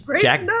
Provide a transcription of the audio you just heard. jack